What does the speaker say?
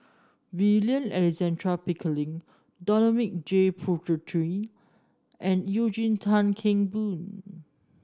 William Alexander Pickering Dominic J Puthucheary and Eugene Tan Kheng Boon